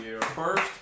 First